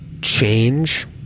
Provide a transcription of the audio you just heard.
change